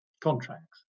contracts